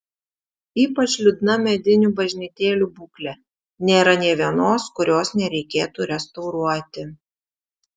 ypač liūdna medinių bažnytėlių būklė nėra nė vienos kurios nereikėtų restauruoti